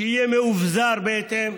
שיהיה מאובזר בהתאם.